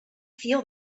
feel